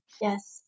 yes